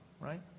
right